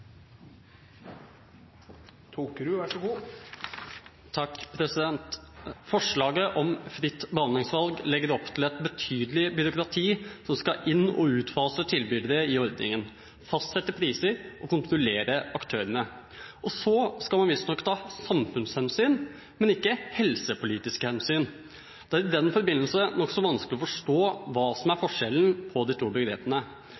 Forslaget om fritt behandlingsvalg legger opp til et betydelig byråkrati som skal inn- og utfase tilbydere i ordningen, fastsette priser og kontrollere aktørene. Og så skal man visstnok ta samfunnshensyn, men ikke helsepolitiske hensyn. Det er i den forbindelse nokså vanskelig å forstå hva som er forskjellen på de to begrepene.